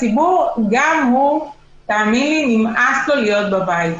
גם הציבור נמאס לו להיות בבית,